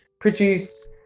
produce